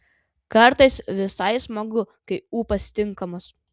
kartais visai smagu kai ūpas tinkamas